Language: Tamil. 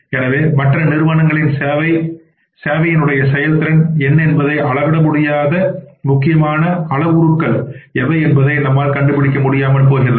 எனவே மற்ற நிறுவனங்களின் சேவையின் செயல்திறன் என்ன என்பதை அளவிட முடியாத முக்கியமான அளவுருக்கள் எவை என்பதை நம்மால் கண்டுபிடிக்க முடியாது